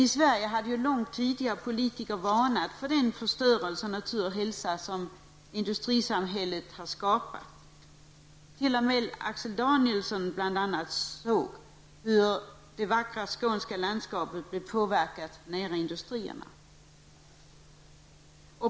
I Sverige hade långt tidigare politiker varnat för den förstörelse av natur och hälsa som industrisamhället skapar. Bl.a. Axel Danielsson såg hur det vackra skånska landskapet påverkades i närheten av industrierna.